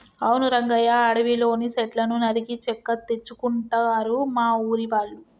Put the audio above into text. అవును రంగయ్య అడవిలోని సెట్లను నరికి చెక్క తెచ్చుకుంటారు మా ఊరి వాళ్ళు